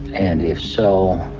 and if so,